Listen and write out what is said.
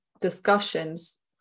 discussions